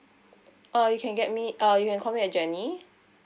uh you can get me uh you can call me at jenny